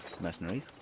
mercenaries